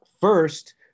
first